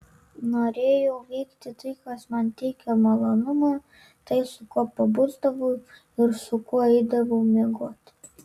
norėjau veikti tai kas man teikia malonumą tai su kuo pabusdavau ir su kuo eidavau miegoti